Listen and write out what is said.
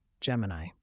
Gemini